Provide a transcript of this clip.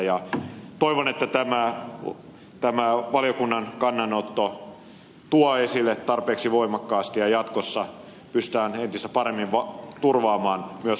toivon että tämä valiokunnan kannanotto tulee esille tarpeeksi voimakkaasti ja jatkossa pystytään entistä paremmin turvaamaan myös oppimateriaalikysymykset